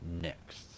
Next